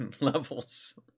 levels